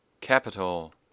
Capital